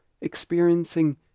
experiencing